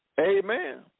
Amen